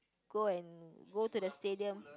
go and go to the stadium